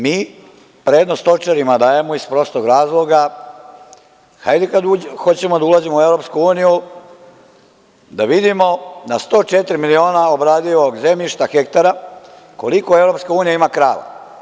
Mi prednost stočarima dajemo iz prostog razloga – hajde, kad hoćemo da ulazimo u EU, da vidimo na 104 miliona hektara obradivog zemljišta koliko EU ima krava?